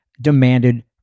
demanded